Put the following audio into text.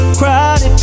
crowded